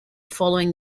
following